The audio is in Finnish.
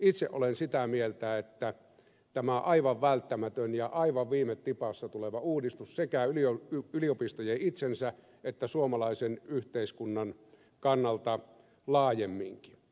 itse olen sitä mieltä että tämä on aivan välttämätön ja aivan viime tipassa tuleva uudistus sekä yliopistojen itsensä että suomalaisen yhteiskunnan kannalta laajemminkin